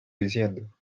diciendo